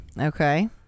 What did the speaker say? Okay